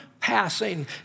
passing